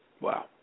Wow